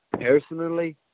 Personally